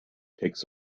takes